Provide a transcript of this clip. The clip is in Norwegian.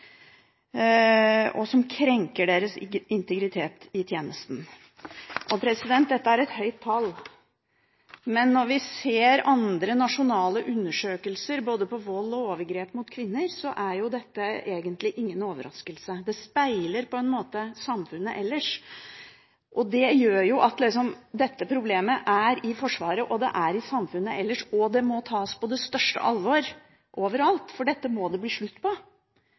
og som krenker deres integritet i tjenesten. Dette er et høyt tall. Men når vi ser andre nasjonale undersøkelser både på vold og på overgrep mot kvinner, er dette egentlig ingen overraskelse. Det speiler på en måte samfunnet ellers. Dette problemet er i Forsvaret, det er i samfunnet ellers, og det må tas på det største alvor over alt, for dette må det bli en slutt på.